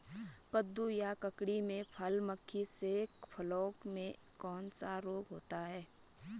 कद्दू या ककड़ी में फल मक्खी से फलों में कौन सा रोग होता है?